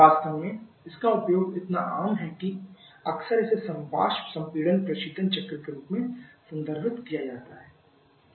वास्तव में इसका उपयोग इतना आम है कि अक्सर इसे वाष्प संपीड़न प्रशीतन चक्र के रूप में संदर्भित किया जाता है